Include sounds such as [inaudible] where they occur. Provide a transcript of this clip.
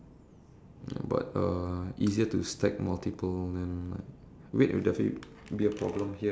oh uh sorry zombie outbreak but might just die from uh cancer [laughs]